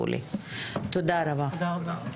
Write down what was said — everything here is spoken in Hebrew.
תודה רבה, הישיבה נעולה.